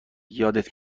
یادت